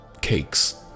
cakes